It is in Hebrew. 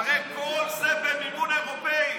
הרי כל זה במימון אירופי.